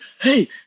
hey